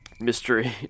mystery